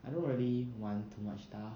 I don't really want too much stuff